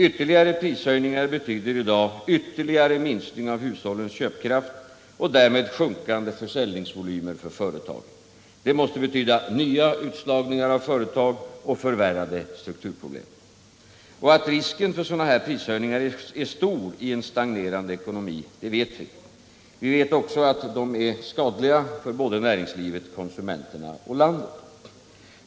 Ytterligare prishöjningar betyder ju i dag en fortsatt minskning av hushållens köpkraft och därmed sjunkande försäljningsvolymer för företagen. Det måste medföra nya utslagningar av företag och förvärrade strukturproblem. Att risken för sådana här prishöjningar är stor i en stagnerande ekonomi vet vi. Vi vet också att prishöjningarna är skadliga för såväl näringslivet och konsumenterna som hela landet.